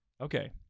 okay